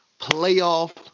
playoff